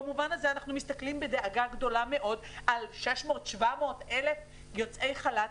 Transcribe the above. במובן הזה אנחנו מסתכלים בדאגה גדולה מאוד על 600 700 אלף יוצאי חל"ת.